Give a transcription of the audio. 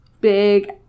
big